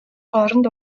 хооронд